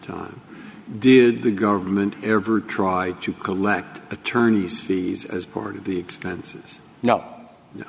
time did the government ever try to collect attorney's fees as part of the expenses you kno